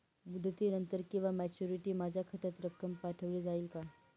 मुदतीनंतर किंवा मॅच्युरिटी माझ्या खात्यात रक्कम पाठवली जाईल का?